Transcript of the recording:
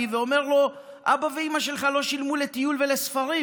ואומרים לו: אבא ואימא שלך לא שילמו לטיול ולספרים,